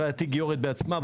רעייתי גיורת בעצמה,